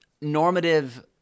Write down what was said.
normative